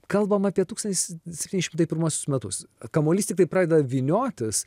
kalbame apie tūkstantis septyni šimtai pirmuosius metus kamuolys tiktai pradeda vyniotis